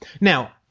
Now